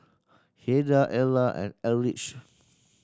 Heidy Erla and Eldridge